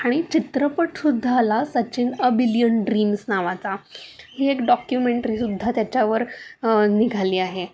आणि चित्रपटसुद्धा आला सचिन अ बिलियन ड्रीम्स नावाचा ही एक डॉक्युमेंटरीसुद्धा त्याच्यावर निघाली आहे